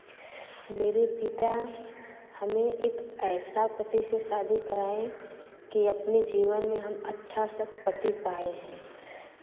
मेरे पिता हमें एक ऐसा पति से शादी कराएँ कि अपने जीवन में हम अच्छा सा पति पाए हैं